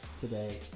today